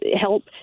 help